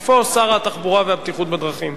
איפה שר התחבורה והבטיחות בדרכים?